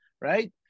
right